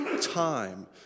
time